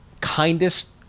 kindest